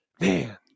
man